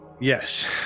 yes